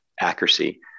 Accuracy